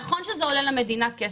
נכון שזה עולה למדינה כסף,